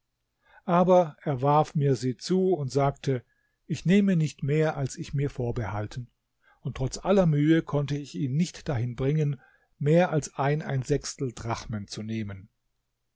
aber er warf mir sie zu und sagte ich nehme nicht mehr als ich mir vorbehalten und trotz aller mühe konnte ich ihn nicht dahin bringen mehr als drachmen zu nehmen